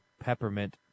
Peppermint